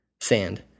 Sand